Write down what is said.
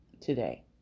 today